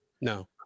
No